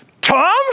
Tom